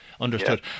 Understood